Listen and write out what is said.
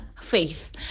Faith